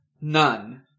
None